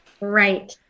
Right